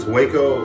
Waco